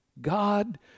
God